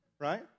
right